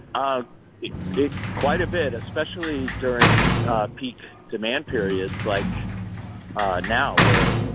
ah it it quite a bit, especially during peak demand periods like now, where,